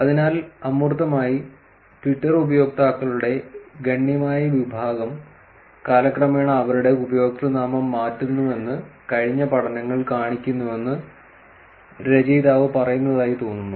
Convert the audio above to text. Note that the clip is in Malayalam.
അതിനാൽ അമൂർത്തമായി ട്വിറ്റർ ഉപയോക്താക്കളുടെ ഗണ്യമായ വിഭാഗം കാലക്രമേണ അവരുടെ ഉപയോക്തൃനാമം മാറ്റുന്നുവെന്ന് കഴിഞ്ഞ പഠനങ്ങൾ കാണിക്കുന്നുവെന്ന് രചയിതാവ് പറയുന്നതായി തോന്നുന്നു